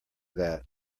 that